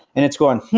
and it's going,